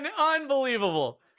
unbelievable